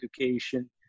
education